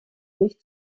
nicht